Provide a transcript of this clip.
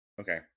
Okay